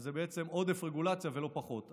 אז זה בעצם עודף רגולציה ולא פחות.